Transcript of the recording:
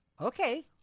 Okay